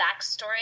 backstory